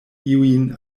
iujn